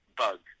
bug